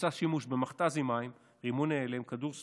בוצע שימוש במכת"זי מים, רימוני הלם, כדור ספוג,